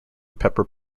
pepper